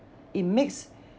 it makes